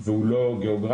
והוא לא גיאוגרפי,